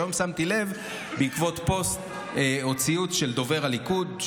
והיום שמתי לב אליה בעקבות פוסט או ציוץ של דובר הליכוד,